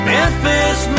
Memphis